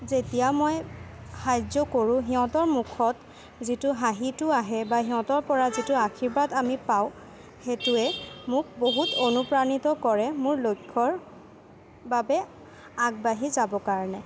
যেতিয়া মই সাহাৰ্য কৰোঁ সিহঁতৰ মুখত যিটো হাঁহিটো আহে বা সিহঁতৰ পৰা যিটো আশীৰ্বাদ আমি পাওঁ সেইটোৱে মোক বহুত অনুপ্ৰাণিত কৰে মোৰ লক্ষ্যৰ বাবে আগবাঢ়ি যাব কাৰণে